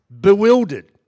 Bewildered